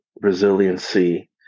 resiliency